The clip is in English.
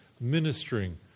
ministering